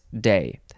day